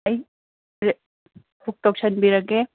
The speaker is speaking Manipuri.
ꯑꯩ ꯕꯨꯛ ꯇꯧꯁꯟꯕꯤꯔꯒꯦ